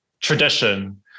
tradition